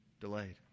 Delayed